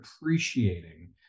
appreciating